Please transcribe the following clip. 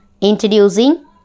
Introducing